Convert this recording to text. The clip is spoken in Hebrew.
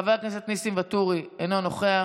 חבר הכנסת ניסים ואטורי, אינו נוכח,